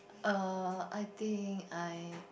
err I think I